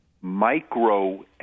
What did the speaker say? micro